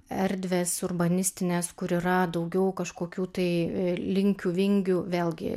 erdvės urbanistinės kur yra daugiau kažkokių tai linkiu vingių vėlgi